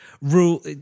rule